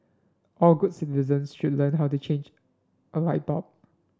all good citizens should learn how to change a light bulb